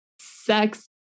sex